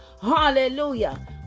Hallelujah